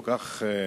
כל כך,